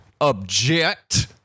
Object